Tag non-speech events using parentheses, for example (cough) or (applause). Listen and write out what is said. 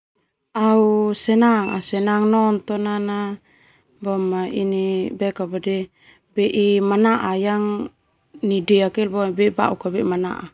Au senang nonton boma ini (hesitation) bei manaa nai deak boema bauk be manaa.